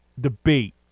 debate